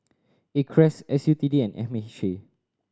Acres S U T D and M H C